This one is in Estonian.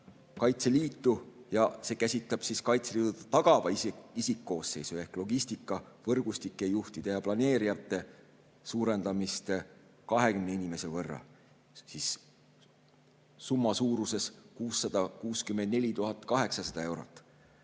Kaitseliitu ja see käsitleb Kaitseliidu tagala isikkoosseisu ehk logistikavõrgustike juhtide ja planeerijate arvu suurendamist 20 inimese võrra. Summa on 664 800 eurot.